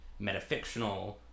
metafictional